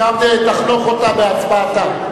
תחנוך אותה בהצבעתה.